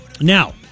Now